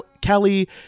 Kelly